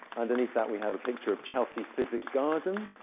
underneath that, we have a picture of chelsea physic garden,